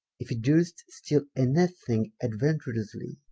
if hee durst steale any thing aduenturously.